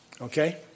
Okay